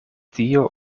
dio